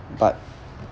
but